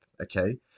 okay